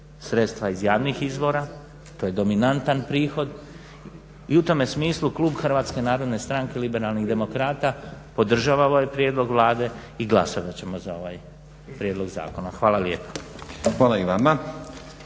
sredstva iz javnih izvora, to je dominantan prihod. I u tome smislu klub HNS liberalnih demokrata podržava ovaj prijedlog Vlade i glasovat ćemo za ovaj prijedlog zakona. Hvala lijepa.